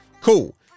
cool